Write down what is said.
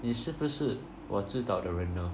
你是不是我知道的人呢